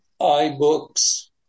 iBooks